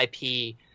ip